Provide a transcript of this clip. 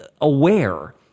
aware